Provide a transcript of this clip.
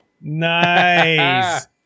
Nice